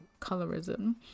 colorism